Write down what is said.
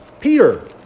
Peter